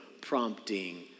prompting